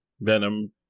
Venom